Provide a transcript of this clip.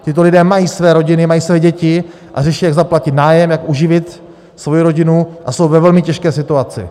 Tito lidé mají své rodiny, mají své děti a řeší, jak zaplatit nájem, jak uživit svoji rodinu, a jsou ve velmi těžké situaci.